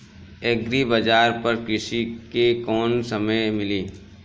Agri बाजार पर कृषि के कवन कवन समान मिली?